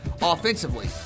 offensively